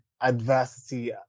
adversity